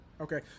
Okay